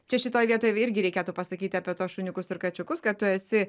čia šitoj vietoj irgi reikėtų pasakyti apie tuos šuniukus ir kačiukus kad tu esi